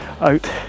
out